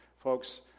Folks